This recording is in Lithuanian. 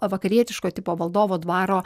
vakarietiško tipo valdovo dvaro